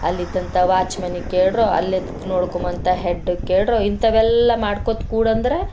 ಅಲ್ಲಿದ್ದಂಥ ವಾಚ್ಮೆನ್ನಿಗೆ ಕೇಳ್ರೋ ಅಲ್ಲಿ ಎದಕ್ಕೆ ನೋಡ್ಕೊಮಂತ ಹೆಡ್ಗೆ ಕೇಳ್ರೋ ಇಂಥವೆಲ್ಲ ಮಾಡ್ಕೋತ ಕೂಡಂದ್ರೆ